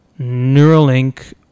Neuralink